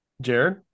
Jared